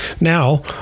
Now